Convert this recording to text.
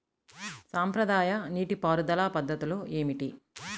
సాంప్రదాయ నీటి పారుదల పద్ధతులు ఏమిటి?